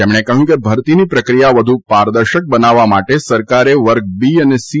તેમણે કહ્યું કે ભરતીની પ્રક્રિયા વધુ પારદર્શક બનાવવા માટે સરકારે વર્ગ બી અને સી